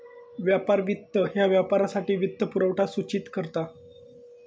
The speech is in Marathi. व्यापार वित्त ह्या व्यापारासाठी वित्तपुरवठा सूचित करता